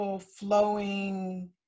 flowing